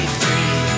free